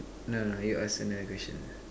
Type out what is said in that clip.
no no you ask another question